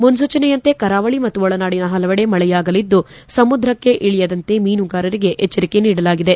ಮುನೂಚನೆಯಂತೆ ಕರಾವಳಿ ಮತ್ತು ಒಳನಾಡಿನ ಹಲವೆಡೆ ಮಳೆಯಾಗಲಿದ್ದು ಸಮುದ್ರಕ್ಷೆ ಇಳಿಯದಂತೆ ಮೀನುಗಾರರಿಗೆ ಎಚ್ವರಿಕೆ ನೀಡಲಾಗಿದೆ